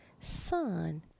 son